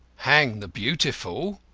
hang the beautiful!